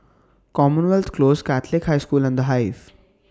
Commonwealth Close Catholic High School and The Hive